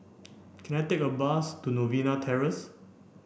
can I take a bus to Novena Terrace